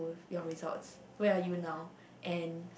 your results where are you now and